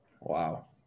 Wow